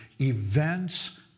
events